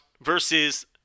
Versus